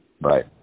right